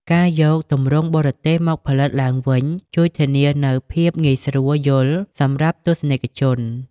ការយកទម្រង់បរទេសមកផលិតឡើងវិញជួយធានានូវ ភាពងាយស្រួលយល់ សម្រាប់ទស្សនិកជន។